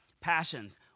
Passions